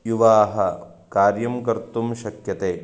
युवाः कार्यं कर्तुं शक्यते